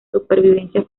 supervivencia